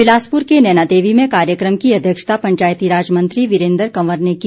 बिलासपुर के नैनादेवी में कार्यक्रम की अध्यक्षता पंचायती राज मंत्री वीरेन्द्र कंवर ने की